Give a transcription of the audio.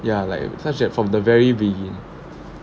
ya like such err from the very beginning